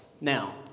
now